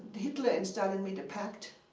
hitler and stalin made a pact.